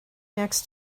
next